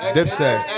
Dipset